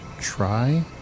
try